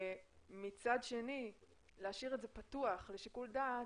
מצד שני להשאיר את זה פתוח לשיקול דעת,